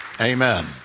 Amen